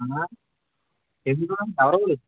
అమ్మా ఎందుకు ఎవరు